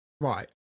right